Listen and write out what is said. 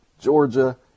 Georgia